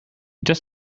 just